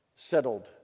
Settled